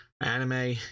anime